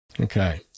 Okay